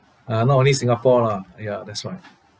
uh not only singapore lah ya that's right